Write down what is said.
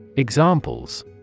Examples